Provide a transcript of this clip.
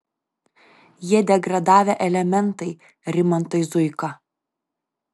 jie degradavę elementai rimantai zuika